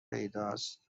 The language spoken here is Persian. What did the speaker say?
پیداست